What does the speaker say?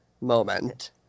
moment